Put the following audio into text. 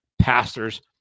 pastors